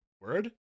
word